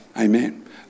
Amen